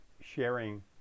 sharing